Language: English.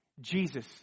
Jesus